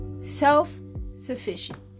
self-sufficient